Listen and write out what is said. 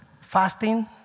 fasting